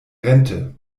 rente